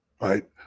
Right